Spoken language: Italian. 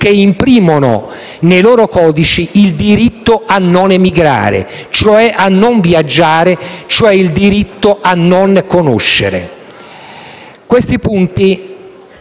che imprimono nei loro codici il diritto a non emigrare, cioè a non viaggiare, cioè il diritto a non conoscere. Questi punti,